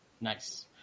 Nice